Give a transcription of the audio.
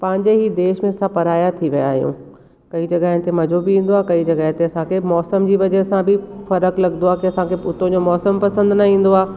पंहिंजे ही देश में असां पराया थी विया आहियूं कई जॻहियुनि ते मज़ो बि ईंदो आहे कई जॻह ते असांखे मौसम जी वजह सां बि फ़र्क़ु लॻंदो आहे की असांखे हुतो जो मौसमु पसंदि न ईंदो आहे